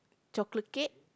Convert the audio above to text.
chocolate cake